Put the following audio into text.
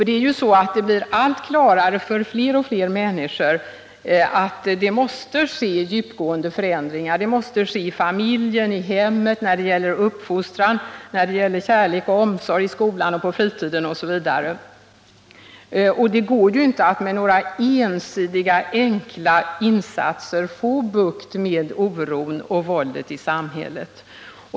Det blir allt klarare för fler och fler människor att djupgående förändringar måste ske i familjen, i hemmet, när det gäller uppfostran, när det gäller kärlek och omsorg, i skolan och på fritiden osv. Det går inte att med några ensidiga enkla insatser få bukt med oron och våldet i samhället.